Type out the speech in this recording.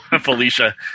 Felicia